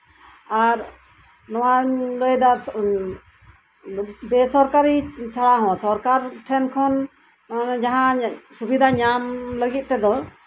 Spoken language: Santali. ᱟᱨ ᱱᱚᱶᱟᱧ ᱞᱟᱹᱭ ᱮᱫᱟ ᱵᱮᱼᱥᱚᱨᱠᱟᱨᱤ ᱪᱷᱟᱲᱟ ᱦᱚᱸ ᱥᱚᱨᱠᱟᱨ ᱴᱷᱮᱱ ᱠᱷᱚᱱ ᱚᱱᱮ ᱡᱟᱦᱟᱸ ᱥᱩᱵᱤᱫᱟ ᱧᱟᱢ ᱞᱟᱹᱜᱤᱫ ᱛᱮᱫᱚ